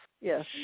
yes